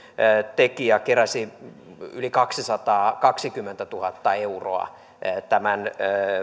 tekijä joka keräsi yli kaksisataakaksikymmentätuhatta euroa tämän